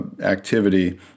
activity